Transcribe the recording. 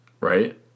right